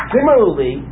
Similarly